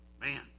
Man